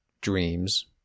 Dreams